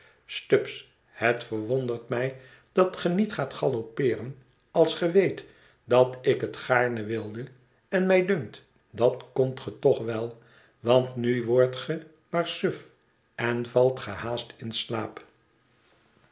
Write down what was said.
stubbs het verwondert mij dat ge niet gaat galoppeeren als ge weet dat ik het gaarne wilde en mij dunkt dat kondt ge toch wel want nu wordt ge maar suf en valt ge haast in slaap